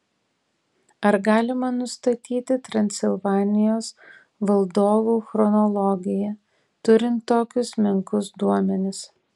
ar galima nustatyti transilvanijos valdovų chronologiją turint tokius menkus duomenis